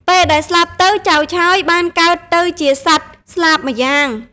ពេលដែលស្លាប់ទៅចៅឆើយបានកើតទៅជាសត្វស្លាបម្យ៉ាង។